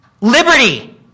Liberty